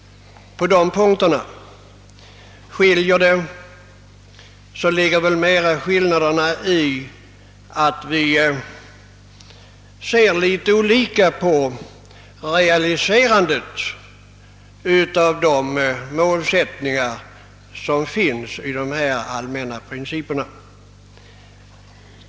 Om uppfattningarna skiljer sig, ligger skiljaktigheterna mera däri att vi ser litet olika på realiserandet av de målsättningar som uppställts i de allmänna principerna.